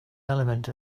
element